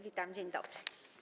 Witam, dzień dobry.